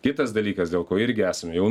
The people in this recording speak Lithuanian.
kitas dalykas dėl ko irgi esame jau